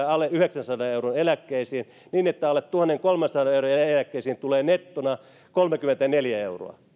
alle yhdeksänsadan euron eläkkeisiin tulee viisikymmentä euroa nettona niin että alle tuhannenkolmensadan euron eläkkeisiin tulee nettona kolmekymmentäneljä euroa